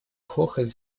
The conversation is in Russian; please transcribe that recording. хохот